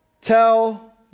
tell